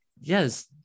yes